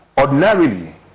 ordinarily